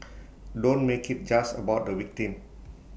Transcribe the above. don't make IT just about the victim